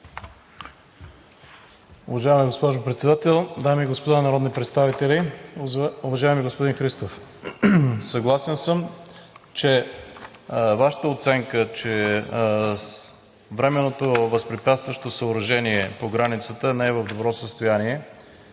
Уважаема госпожо Председател, дами и господа народни представители! Уважаеми господин Христов, съгласен съм с Вашата оценка, че временното възпрепятстващо съоръжение по границата не е в добро състояние.